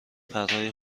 پرهای